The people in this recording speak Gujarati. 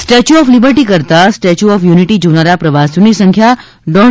સ્ટેચ્યુ ઓફ લીબર્ટી કરતા સ્ટેચ્યુ ઓફ યુનિટી જોનારા પ્રવાસીઓની સંખ્યા દોઢ